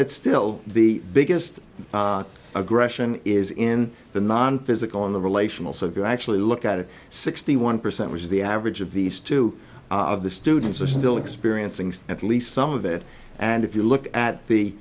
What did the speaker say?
that still the biggest aggression is in the nonphysical in the relational so if you actually look at it sixty one percent which is the average of these two of the students are still experiencing at least some of it and if you look at the